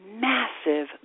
massive